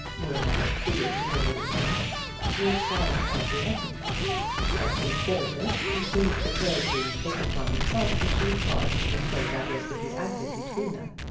would have acceded to her little hints with silent acquiescence but instead of this he seemed prepared to take upon himself the chief part in the play that was to be acted between them.